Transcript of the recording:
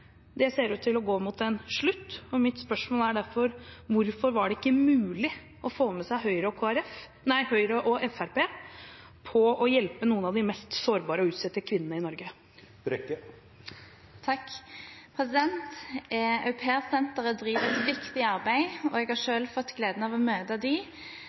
Det ser ut til å gå mot en slutt, så mitt spørsmål er derfor: Hvorfor var det ikke mulig å få med seg Høyre og Fremskrittspartiet på å hjelpe noen av de mest sårbare og utsatte kvinnene i Norge? Au pair-senteret driver et viktig arbeid, og jeg har selv fått gleden av å møte